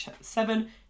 seven